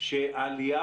שהעלייה